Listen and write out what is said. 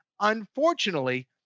unfortunately